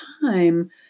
time